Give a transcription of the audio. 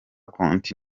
konti